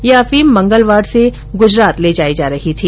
यह अफीम मंगलवाड से गुजरात ले जाई जा रही थी